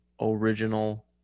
original